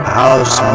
house